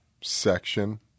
section